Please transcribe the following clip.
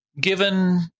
given